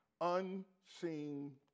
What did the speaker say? unseen